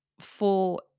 full